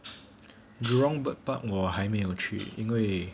jurong bird park more 我还没有去因为